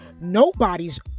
nobody's